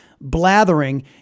blathering